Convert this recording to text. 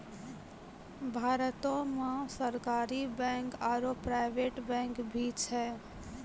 भारतो मे सरकारी बैंक आरो प्राइवेट बैंक भी छै